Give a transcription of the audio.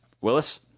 Willis